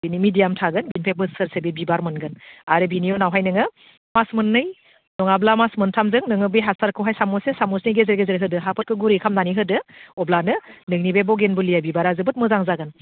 बेयो मिडियाम थागोन बे बोसोरसे बिबार मोनगोन आरो बेनि उनावहाय नोङो मास मोननै नङाब्ला मास मोनथामजों नोङो बे हासारखौहाय सामससे सामससे गेजेर गेजेर होदो हाफोरखौ गुरै खालामनानै होदो अब्लानो नोंनि बे बगेनभिलिया बिबारा जोबोद मोजां जागोन